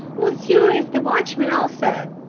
m'sieur is the watchman, also.